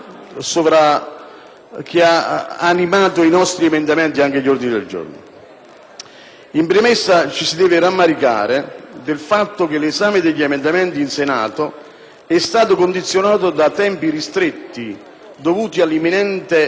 In premessa ci si deve rammaricare del fatto che l'esame degli emendamenti al Senato è stato condizionato da tempi ristretti dovuti all'imminente scadenza del decreto, per evitare la quale, pur presentandoli, abbiamo rinunciato alla loro illustrazione